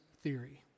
theory